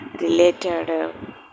related